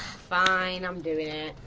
fine, i'm doing it,